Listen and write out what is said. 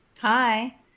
Hi